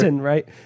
right